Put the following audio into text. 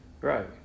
Right